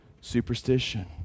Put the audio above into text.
superstition